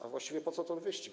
A właściwie po co ten wyścig?